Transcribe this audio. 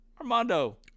Armando